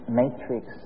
matrix